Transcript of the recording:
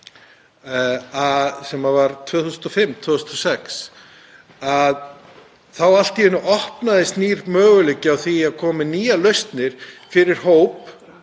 Það var 2005 eða 2006 að allt í einu opnaðist nýr möguleiki á því að koma með nýjar lausnir fyrir hópa,